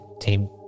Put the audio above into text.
Team